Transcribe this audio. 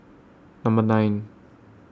Number nine